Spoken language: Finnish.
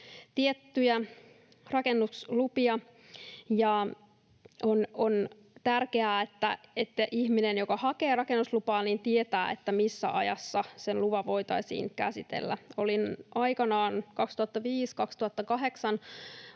tiettyjä rakennuslupia. On tärkeää, että ihminen, joka hakee rakennuslupaa, tietää, missä ajassa se lupa voitaisiin käsitellä. Olin aikanaan 2005—2008